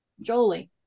Jolie